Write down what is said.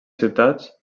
ciutats